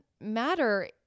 matter